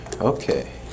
Okay